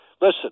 Listen